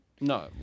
no